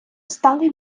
стали